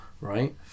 right